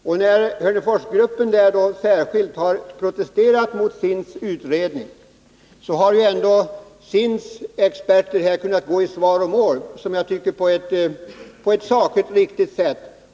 Och när Hörneforsgruppen särskilt har protesterat mot SIND:s utredning, har ju ändå SIND:s experter här kunnat gå i svaromål på ett, som jag tycker, sakligt och riktigt sätt.